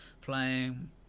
playing